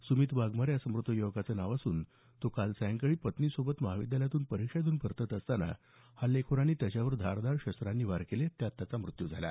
सुमीत वाघमारे असं मृत युवकाचं नाव असून तो काल सायंकाळी पत्नीसोबत महाविद्यालयातून परीक्षा देऊन परतत असताना हल्लेखोरांनी त्याच्यावर धारदार शस्त्रांनी वार केले त्यात त्याचा मृत्यू झाला